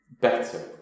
Better